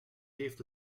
heeft